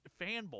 fanboy